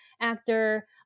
actor